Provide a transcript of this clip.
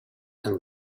and